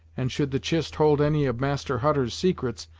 and should the chist hold any of master hutter's secrets,